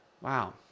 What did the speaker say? Wow